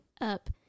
up